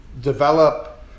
develop